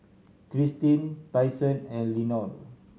Kristine Tyson and Lenore